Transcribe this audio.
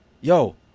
Yo